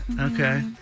Okay